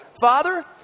father